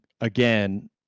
again